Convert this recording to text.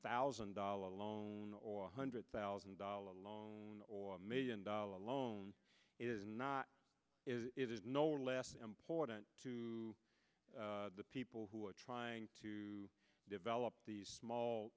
thousand dollar loan or one hundred thousand dollars loan or a million dollar loan is not it is no less important to the people who are trying to develop these small